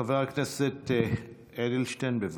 חבר הכנסת אדלשטיין, בבקשה.